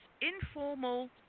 informal